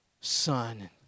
son